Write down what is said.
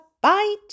bite